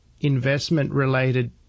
investment-related